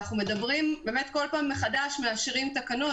כל פעם מחדש מאשרים תקנות,